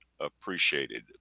appreciated